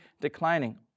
declining